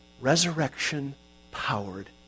resurrection-powered